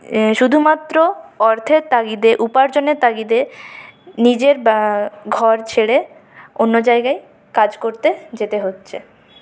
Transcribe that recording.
শুধুমাত্র অর্থের তাগিদে উপার্জনের তাগিদে নিজের ঘর ছেড়ে অন্য জায়গায় কাজ করতে যেতে হচ্ছে